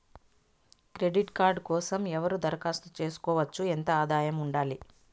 Credit card కోసం ఎవరు దరఖాస్తు చేసుకోవచ్చు? ఎంత ఆదాయం ఉండాలి?